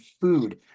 food